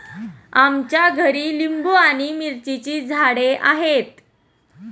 आमच्या घरी लिंबू आणि मिरचीची झाडे आहेत